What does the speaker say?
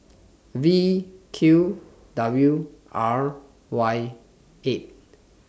V Q W R Y eight